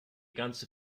ganze